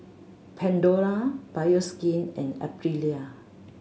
Pandora Bioskin and Aprilia